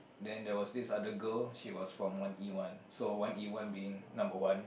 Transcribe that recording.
then there was this other girl she was from one E one so one E one being number one